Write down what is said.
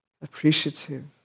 appreciative